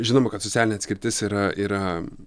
žinoma kad socialinė atskirtis yra yra